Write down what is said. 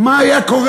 הוא היה צועק: